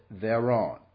thereon